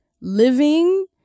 living